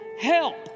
help